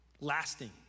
Lasting